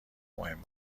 مهم